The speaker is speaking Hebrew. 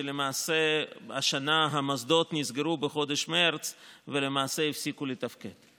שלמעשה השנה המוסדות נסגרו בחודש מרץ ולמעשה הפסיקו לתפקד.